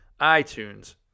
iTunes